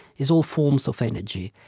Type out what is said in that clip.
it's all forms of energy.